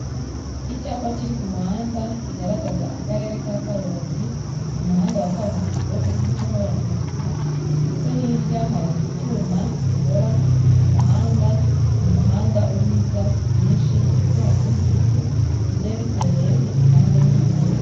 Icyapa kiri ku muhanda, kigaragaza Akarere ka Karongi, ni umuhanda wa kaburimbo uri gucamo abanyamaguru, ndetse hirya hari icyuma gikora umuhanda, mu muhanda urimo ibyatsi byinshi ndetse hari ibindi biti bigiye biteye impande n'impande.